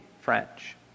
French